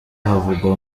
havugwa